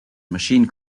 machine